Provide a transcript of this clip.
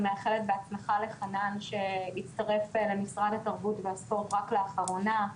אני מאחלת בהצלחה לחנן שהצטרף למשרד התרבות והספורט רק לאחרונה.